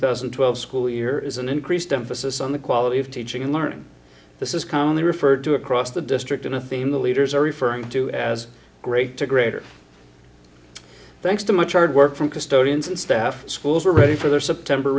thousand and twelve school year is an increased emphasis on the quality of teaching and learning this is commonly referred to across the district in a theme the leaders are referring to as great to greater thanks to much hard work from custodians and staff schools are ready for their s